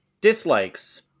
Dislikes